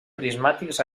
prismàtics